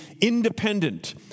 independent